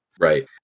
Right